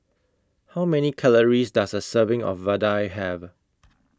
How Many Calories Does A Serving of Vadai Have